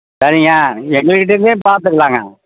சரிங்க நீங்கள் எங்கள் கிட்ட இருந்தே பார்த்துக்கலாங்க